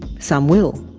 some will.